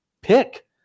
pick